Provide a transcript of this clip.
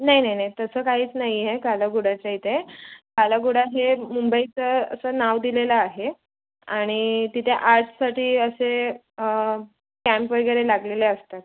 नाही नाही नाही तसं काहीच नाही आहे कालाघोडाच्या इथे कालाघोडा हे मुंबईचं असं नाव दिलेलं आहे आणि तिथे आर्ट्ससाठी असे कॅम्प वगैरे लागलेले असतात